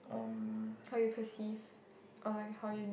um